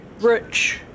Rich